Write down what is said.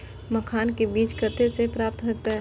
मखान के बीज कते से प्राप्त हैते?